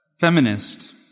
feminist